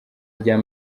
rya